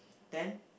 then